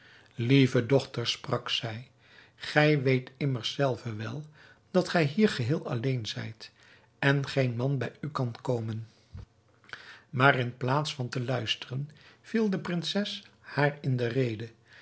lieve dochter sprak zij gij weet immers zelve wel dat gij hier geheel alleen zijt en geen man bij u kan komen maar in plaats van te luisteren viel de prinses haar in de rede